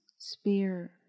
spear